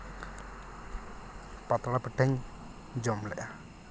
ᱯᱟᱛᱲᱟ ᱯᱤᱴᱷᱟᱹᱧ ᱡᱚᱢ ᱞᱮᱜᱼᱟ